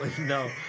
No